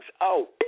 out